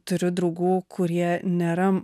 turiu draugų kurie nėra